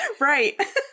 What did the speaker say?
Right